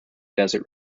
desert